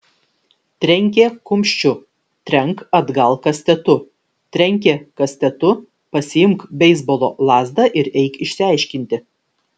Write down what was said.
trenkė kumščiu trenk atgal kastetu trenkė kastetu pasiimk beisbolo lazdą ir eik išsiaiškinti